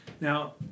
Now